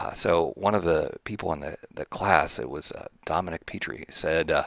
ah so one of the people in the the class, it was a dominik petri, said,